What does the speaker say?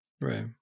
Right